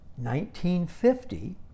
1950